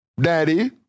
daddy